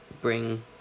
bring